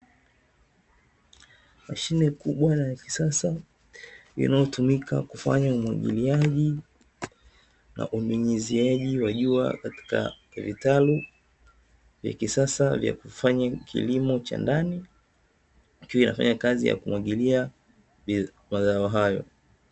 Mashine kubwa na ya kisasa, inayotumika kufanya umwagiliaji na unyunyuziaji wa jua katika vitalu vya kisasa, ya kufanya kilimo cha ndani. Ikiwa inafanya kazi ya kumwagilia mazao hayo.